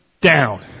down